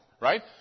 right